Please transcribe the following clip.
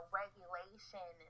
regulation